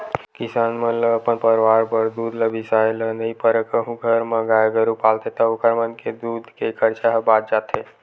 किसान मन ल अपन परवार बर दूद ल बिसाए ल नइ परय कहूं घर म गाय गरु पालथे ता ओखर मन के दूद के खरचा ह बाच जाथे